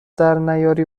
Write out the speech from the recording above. درنیاری